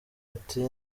ati